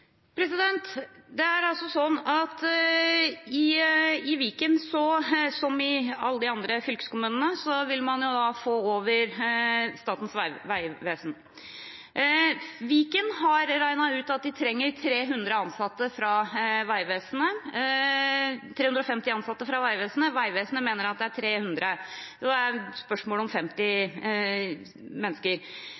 i likhet med alle de andre fylkeskommunene – vil overta oppgaver fra Statens vegvesen. Viken har regnet ut at de vil trenge 350 ansatte fra Vegvesenet. Vegvesenet mener at antallet er 300 – et spørsmål om 50